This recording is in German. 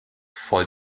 voll